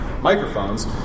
microphones